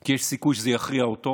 כי יש סיכוי שזה יכריע אותו,